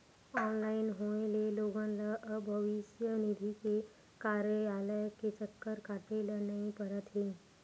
online होए ले लोगन ल अब भविस्य निधि के कारयालय के चक्कर काटे ल नइ परत हे